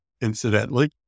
incidentally